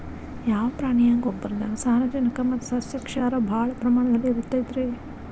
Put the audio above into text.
ಯಾವ ಪ್ರಾಣಿಯ ಗೊಬ್ಬರದಾಗ ಸಾರಜನಕ ಮತ್ತ ಸಸ್ಯಕ್ಷಾರ ಭಾಳ ಪ್ರಮಾಣದಲ್ಲಿ ಇರುತೈತರೇ?